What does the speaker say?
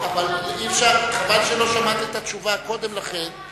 חבל שלא שמעת התשובה קודם לכן.